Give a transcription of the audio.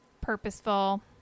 purposeful